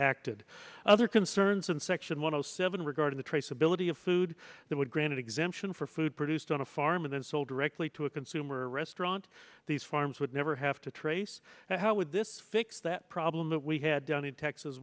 acted other concerns in section one zero seven regarding the traceability of food that were granted exemption for food produced on a farm and then sold directly to a consumer restaurant these farms would never have to trace how would this fix that problem that we had done in texas